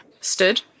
stood